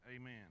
Amen